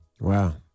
wow